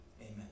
Amen